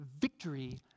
victory